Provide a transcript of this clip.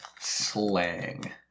slang